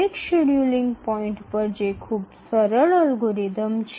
এটি প্রতিটি সময়সূচী স্থানে খুব সাধারণ অ্যালগরিদম